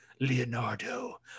leonardo